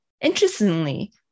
Interestingly